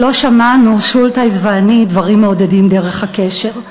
לא שמענו, שולטהייס ואני, דברים מעודדים דרך הקשר,